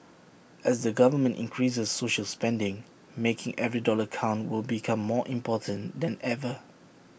as the government increases social spending making every dollar count will become more important than ever